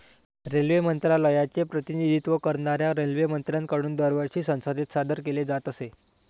railway मंत्रालयाचे प्रतिनिधित्व करणाऱ्या रेल्वेमंत्र्यांकडून दरवर्षी संसदेत सादर केले जात असे